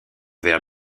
vers